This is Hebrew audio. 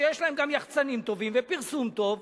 שיש להם גם יחצנים טובים ופרסום טוב,